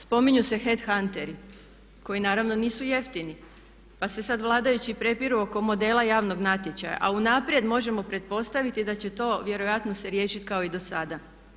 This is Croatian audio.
Spominju se headhunteri koji naravno nisu jeftini, pa se sad vladajući prepiru oko modela javnog natječaja, a unaprijed možemo pretpostaviti da će to vjerojatno se riješit kao i do sada.